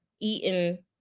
Eaten